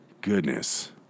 Goodness